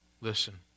Listen